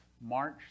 March